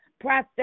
process